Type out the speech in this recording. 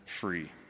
free